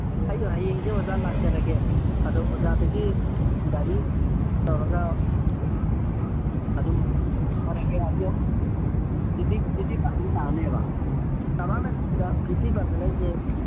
ꯑꯩꯁꯦ ꯍꯌꯦꯡꯁꯦ ꯑꯣꯖꯥ ꯂꯥꯛꯆꯔꯒꯦ ꯑꯗꯣ ꯑꯣꯖꯥꯗꯒꯤ ꯒꯥꯔꯤ ꯇꯧꯔꯒ ꯑꯗꯨꯝ ꯄꯨꯊꯔꯒꯦ ꯑꯗꯣ ꯐꯤꯐꯇꯤ ꯄꯥꯔꯁꯦꯟ ꯇꯥꯅꯦꯕ ꯆꯧꯔꯥꯛꯅꯔꯥ ꯐꯤꯐꯇꯤ ꯄꯥꯔꯁꯦꯟ ꯍꯥꯏꯁꯦ